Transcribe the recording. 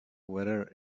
whether